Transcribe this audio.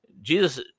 Jesus